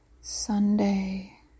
Sunday